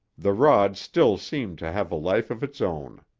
the rod still seemed to have a life of its own.